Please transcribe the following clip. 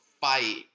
fight